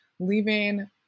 leaving